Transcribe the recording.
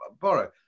borrow